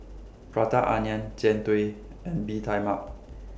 Prata Onion Jian Dui and Bee Tai Mak